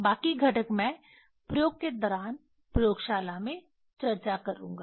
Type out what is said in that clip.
बाकी घटक मैं प्रयोग के दौरान प्रयोगशाला में चर्चा करूंगा